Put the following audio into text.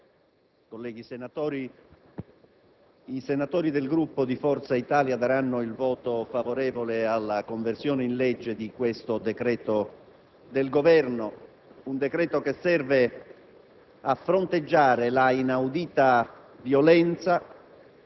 VIZZINI *(FI)*. Signor Presidente, colleghi senatori, i senatori del Gruppo di Forza Italia daranno il voto favorevole alla conversione in legge di questo decreto del Governo, che mira